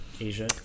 Asia